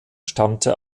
stammte